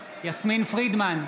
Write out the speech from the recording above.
בעד יסמין פרידמן,